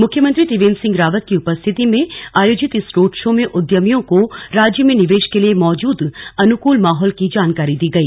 मुख्यमंत्री त्रिवेन्द्र सिंह रावत की उपस्थिति में आयोजित इस रोड शो में उद्यामियों को राज्य में निवेश के लिए मौजूद अनुकूल माहौल की जानकारी दी गई